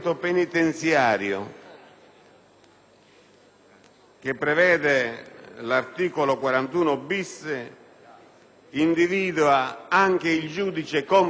che prevede l'articolo 41-*bis*, individua anche il giudice competente